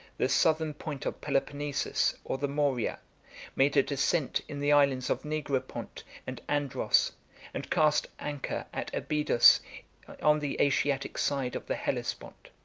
the southern point of peloponnesus or the morea made a descent in the islands of negropont and andros and cast anchor at abydus on the asiatic side of the hellespont.